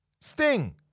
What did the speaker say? Sting